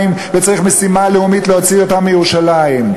וצריך משימה לאומית להוציא אותם מירושלים,